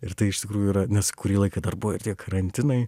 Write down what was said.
ir tai iš tikrųjų yra nes kurį laiką dar buvo ir tie karantinai